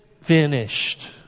finished